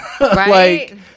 Right